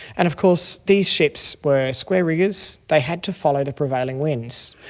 and of course these ships were square riggers, they had to follow the prevailing winds.